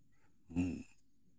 ᱦᱮᱸ